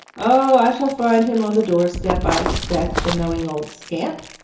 oh, i shall find him on the doorstep, i expect, the knowing old scamp!